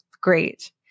great